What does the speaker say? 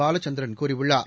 பாலச்சந்திரன் கூறியுள்ளார்